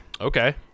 okay